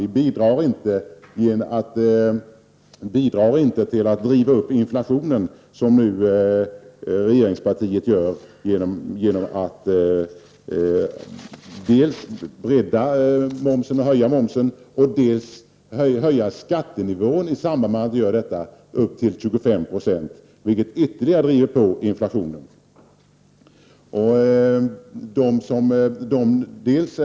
Vi bidrar inte till att driva upp inflationen, som nu regeringspartiet gör genom att dels höja momsen, dels höja skattenivån upp till 25 96, vilket ytterligare driver på inflationen.